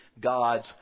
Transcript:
God's